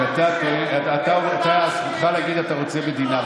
זכותך להגיד שאתה רוצה מדינה,